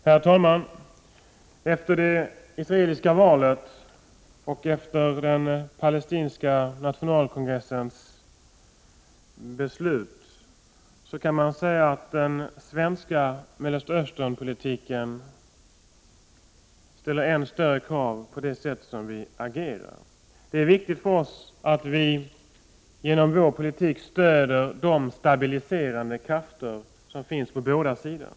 Herr talman! Situationen efter det israeliska valet och den palestinska nationalkongressens beslut kan sägas innebära att den svenska Mellerstaösternpolitiken ställs inför ännu större krav med hänsyn till det sätt vi agerar på. Det är viktigt för oss att vi genom vår politik stödjer de stabiliserande krafter som finns på båda sidor.